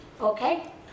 okay